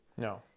No